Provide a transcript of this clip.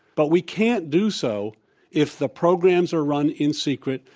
but we can't do so if the programs are run in secret,